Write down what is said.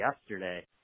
yesterday